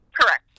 correct